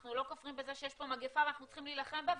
אנחנו לא כופרים שיש פה מגפה ואנחנו צריכים להילחם בה,